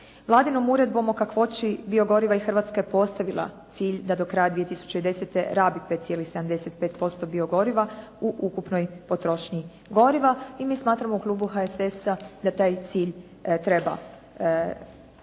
Vladinom uredbom o kakvoći biogoriva i Hrvatska je postavila cilj da do kraja 2010. rabi 5,75% biogoriva u ukupnoj potrošnji goriva i mi smatramo u klubu HSS-a da taj cilj treba doseći i